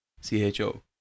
C-H-O